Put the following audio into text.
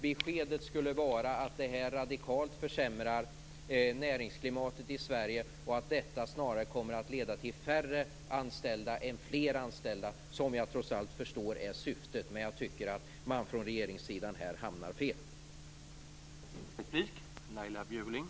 Beskedet skulle vara att förslaget radikalt försämrar näringsklimatet i Sverige och snarare kommer att leda till färre än fler anställda. Jag förstår att syftet trots allt är att skapa plats för fler anställda, men jag tycker att man hamnar fel från regeringssidan.